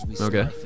Okay